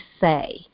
say